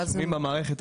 אנחנו רושמים במערכת,